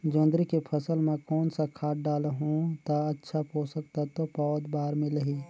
जोंदरी के फसल मां कोन सा खाद डालहु ता अच्छा पोषक तत्व पौध बार मिलही?